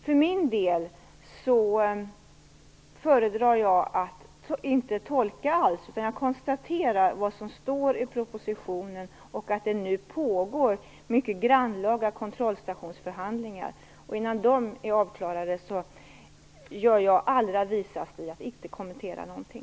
För min del föredrar jag att inte tolka alls, utan jag konstaterar vad som står i propositionen och att det nu pågår mycket grannlaga kontrollstationsförhandlingar. Innan de är avklarade gör jag allra visast i att inte kommentera någonting.